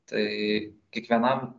tai kiekvienam